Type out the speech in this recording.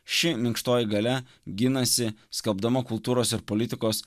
ši minkštoji galia ginasi skelbdama kultūros ir politikos